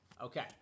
Okay